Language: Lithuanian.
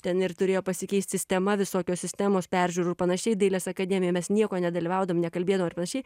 ten ir turėjo pasikeist sistema visokios sistemos peržiūrų panašiai dailės akademijoj mes nieko nedalyvaudavom nekalbėdavom ir panašiai